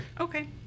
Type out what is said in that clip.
Okay